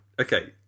okay